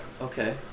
Okay